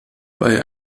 bei